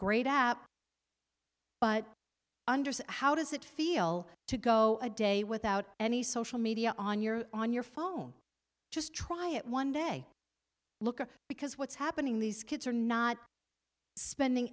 understood how does it feel to go a day without any social media on your on your phone just try it one day look because what's happening these kids are not spending